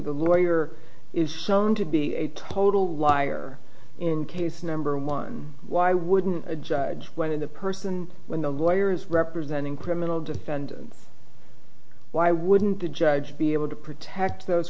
the lawyer is shown to be a total liar in case number one why wouldn't a judge when in the person when the lawyers representing criminal defendant why wouldn't the judge be able to protect those